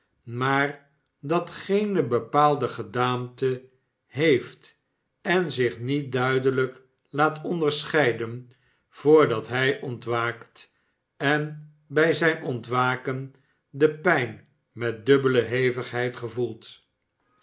maar dat geene bepaalde gedaante heeft en zich niet duidelijk laat onderscheiden voordat hij ontwaakt en bij zijn ontwaken de pijn met dubbele hevigheid gevoelt